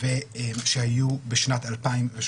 שהיו בשנת 2018